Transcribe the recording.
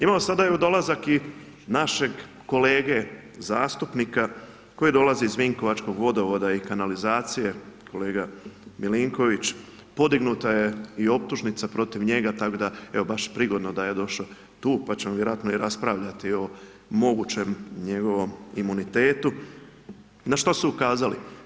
Imamo sada, evo dolazak i našeg kolege zastupnika koji dolazi iz vinkovačkog vodovoda i kanalizacije, kolega Milinković, podignuta je i optužnica protiv njega, tako da, evo baš prigodno da je došao tu, pa ćemo vjerojatno raspravljati o mogućem njegovom imunitetu, na što su ukazali?